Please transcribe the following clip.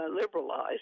liberalized